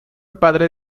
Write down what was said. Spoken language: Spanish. padre